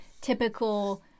typical